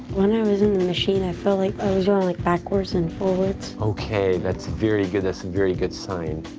when i was in the machine, i felt like i was going like backwards and forwards. okay, that's very good, that's and very good sign.